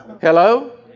hello